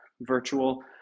virtual